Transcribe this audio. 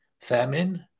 famine